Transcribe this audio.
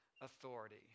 authority